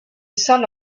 son